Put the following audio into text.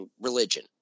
religion